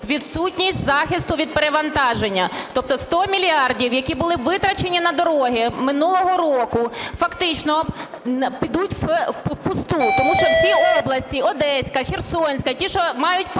відсутність захисту від перевантаження. Тобто 100 мільярдів, які були витрачені на дороги минулого року, фактично підуть впусту, тому що всі області: Одеська, Херсонська, ті, що мають порти,